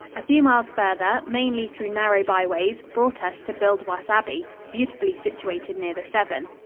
a few miles farther, mainly through narrow byways, brought us to buildwas abbey, beautifully situated near the severn.